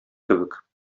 кебек